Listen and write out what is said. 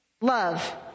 love